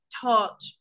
taught